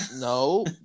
No